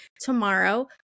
tomorrow